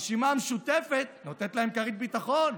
הרשימה המשותפת נותנת להם כרית ביטחון.